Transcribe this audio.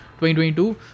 2022